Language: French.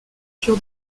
sur